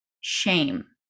shame